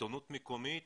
עיתונות מקומית,